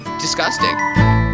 disgusting